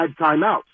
timeouts